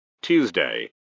Tuesday